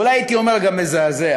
ואולי הייתי אומר גם: מזעזע.